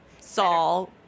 Saul